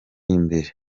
imbere